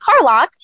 Carlock